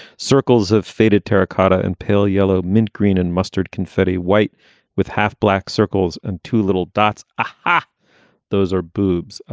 circles of faded terracotta and pale yellow mint, green and mustard confetti white with half black circles and two little dots. ah those are boobs.